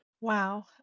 Wow